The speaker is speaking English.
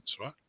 right